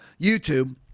YouTube